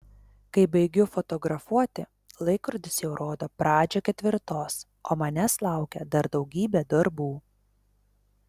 kai baigiu fotografuoti laikrodis jau rodo pradžią ketvirtos o manęs laukia dar daugybė darbų